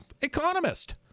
economist